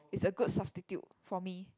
it's a good substitute for me